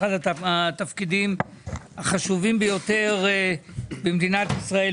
אחד התפקידים החשובים ביותר במדינת ישראל,